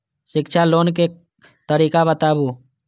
शिक्षा लोन के तरीका बताबू?